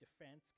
defense